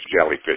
Jellyfish